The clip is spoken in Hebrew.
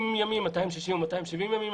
260 או 270 ימים,